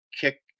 kick